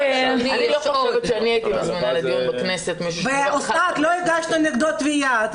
ואנחנו לא הגשנו תביעה.